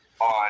on